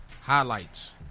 highlights